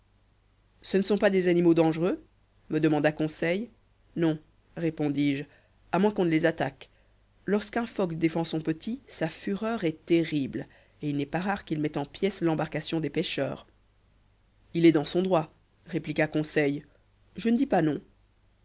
ce ne sont pas des animaux dangereux me demanda conseil non répondis-je à moins qu'on ne les attaque lorsqu'un phoque défend son petit sa fureur est terrible et il n'est pas rare qu'il mette en pièces l'embarcation des pêcheurs il est dans son droit répliqua conseil je ne dis pas non